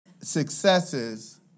successes